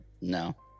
No